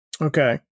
Okay